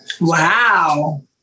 Wow